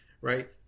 Right